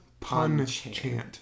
Punchant